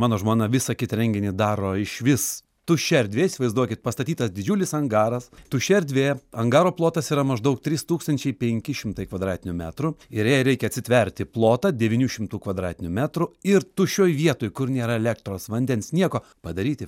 mano žmona visą kitą renginį daro išvis tuščia erdvė įsivaizduokit pastatytas didžiulis angaras tuščia erdvė angaro plotas yra maždaug trys tūkstančiai penki šimtai kvadratinių metrų ir jai reikia atsitverti plotą devynių šimtų kvadratinių metrų ir tuščioj vietoj kur nėra elektros vandens nieko padaryti